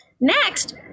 Next